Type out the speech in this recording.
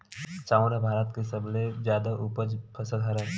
चाँउर ह भारत के सबले जादा उपज फसल हरय